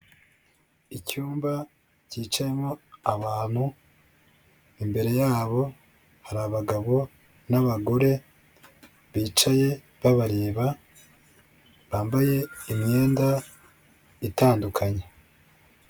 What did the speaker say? Icyumba cyicayemo abantu, imbere ya bo hari abagabo n'abagore bicaye babareba, bambaye imyenda itandukanye.